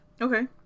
Okay